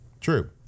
True